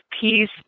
peace